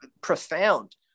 profound